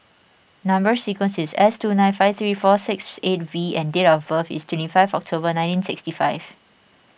Number Sequence is S two nine five three four six eight V and date of birth is twenty five October nineteen sixty five